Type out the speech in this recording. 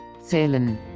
Zählen